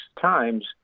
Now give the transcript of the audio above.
times